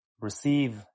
receive